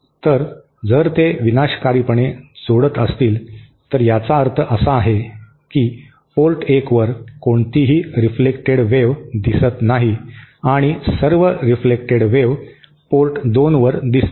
तर जर ते विनाशकारीपणे जोडत असतील तर याचा अर्थ असा आहे की पोर्ट 1 वर कोणतीही रेफेलेक्टड वेव्ह दिसत नाही आणि सर्व रिफ्लेकटेड वेव्ह पोर्ट 2 वर दिसतील